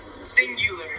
singular